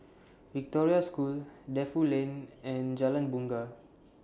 Victoria School Defu Lane and Jalan Bungar